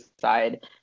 side